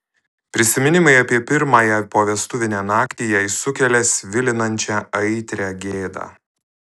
prisiminimai apie pirmąją povestuvinę naktį jai sukelia svilinančią aitrią gėdą